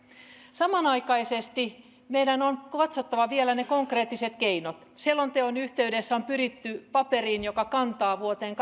samanaikaisesti meidän on katsottava vielä ne konkreettiset keinot selonteon yhteydessä on pyritty paperiin joka kantaa vuoteen